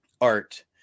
art